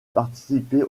participer